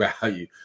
value